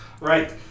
Right